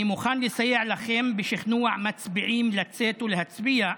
אני מוכן לסייע לכם בשכנוע מצביעים לצאת ולהצביע,